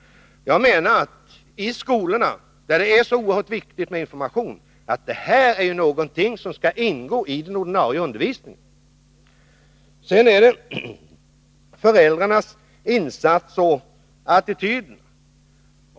Jag menar att det är så oerhört viktigt med information på det här området, att sådan information skall ingå i den ordinarie undervisningen i skolorna. Sedan har vi frågan om föräldrarnas insatser och attityder.